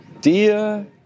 dear